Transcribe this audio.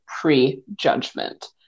pre-judgment